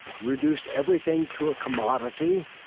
reduced everything to a commodity.